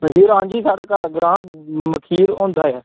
नसीब राम जी साढ़े घर ग्रांऽ मखीर होंदा ऐ